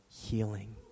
healing